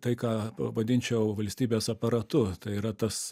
tai ką pavadinčiau valstybės aparatu tai yra tas